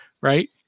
right